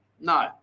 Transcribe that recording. no